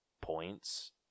points